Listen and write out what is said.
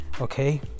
okay